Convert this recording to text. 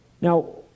Now